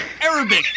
Arabic